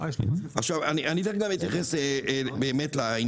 תיכף אני אתייחס גם ל-OECD.